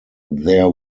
there